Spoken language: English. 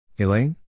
Elaine